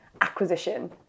acquisition